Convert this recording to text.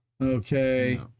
Okay